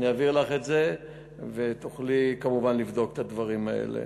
אני אעביר לך את זה ותוכלי כמובן לבדוק את הדברים האלה.